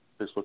Facebook